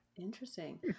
Interesting